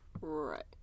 Right